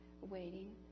waiting